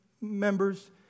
members